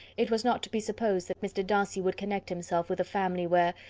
it was not to be supposed that mr. darcy would connect himself with a family where,